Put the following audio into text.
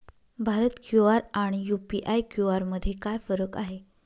Bharat QR आणि UPI QR मध्ये काय फरक आहे?